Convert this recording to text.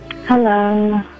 Hello